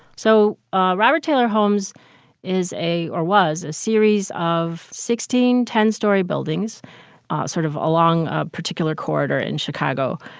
so ah robert taylor homes is a or was a series of sixteen ten story buildings sort of along a particular corridor in chicago.